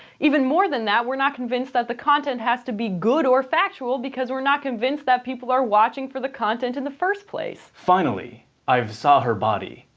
even more than that, we're not convinced that the content has to be good or factual because we're not convinced that people are watching for the content in the first place. finally i've saw her body.